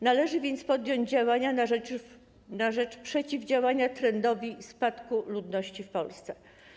Należy więc podjąć działania na rzecz przeciwdziałania trendowi spadku ludności w Polsce.